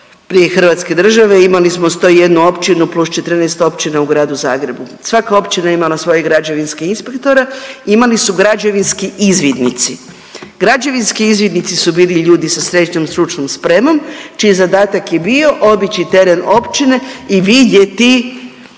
prije Hrvatske države. Imali smo 100 i jednu općinu plus 14 općina u Gradu Zagrebu. Svaka općina je imala svoje građevinske inspektore. Imali su građevinski izvidnici. Građevinski izvidnici su bili ljudi sa srednjom stručnom spremom čiji zadatak je bio obići teren općine i vidjeti